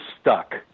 stuck